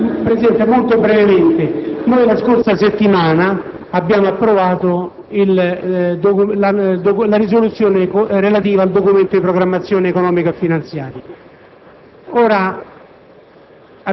Signor Presidente, la scorsa settimana, abbiamo approvato la risoluzione relativa al Documento di programmazione economico-finanziaria.